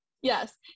Yes